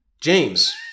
James